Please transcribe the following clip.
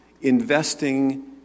investing